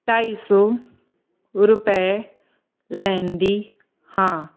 ਢਾਈ ਸੌ ਰੁਪਏ ਲੈਂਦੀ ਹਾਂ